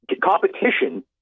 competition